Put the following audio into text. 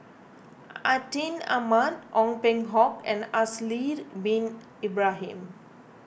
Atin Amat Ong Peng Hock and Haslir Bin Ibrahim